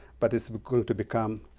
but it's going to become,